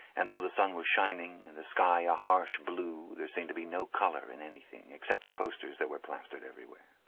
and though the sun was shining and the sky a harsh blue, there seemed to be no colour in anything, except the posters that were plastered everywhere.